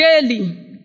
daily